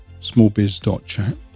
smallbiz.chat